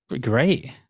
Great